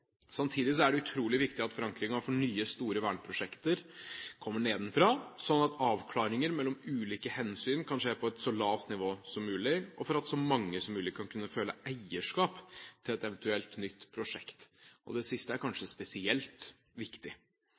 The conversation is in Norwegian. Samtidig er det utrolig viktig at forankringen av nye store verneprosjekter kommer nedenfra, slik at avklaringer mellom ulike hensyn kan skje på et så lavt nivå som mulig, og for at så mange som mulig skal kunne føle eierskap til et eventuelt nytt prosjekt. Det siste er kanskje spesielt viktig.